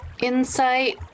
Insight